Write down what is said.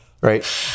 right